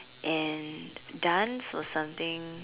and dance was something